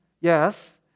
yes